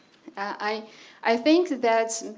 i i think that